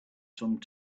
some